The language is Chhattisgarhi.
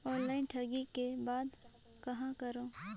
ऑनलाइन ठगी के बाद कहां करों?